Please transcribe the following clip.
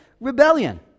rebellion